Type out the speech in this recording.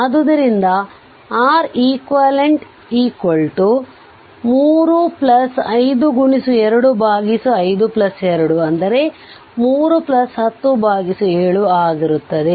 ಆದ್ದರಿಂದ R equivalent 3 5 2 52 3 10 7 ಆಗಿರುತ್ತದೆ